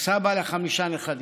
וסבא לחמישה נכדים.